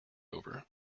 over